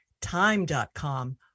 time.com